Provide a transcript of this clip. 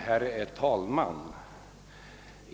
Herr talman!